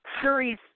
Series